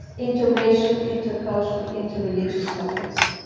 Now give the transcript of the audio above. interracial, intercultural, interreligious couples